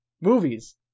movies